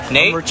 Nate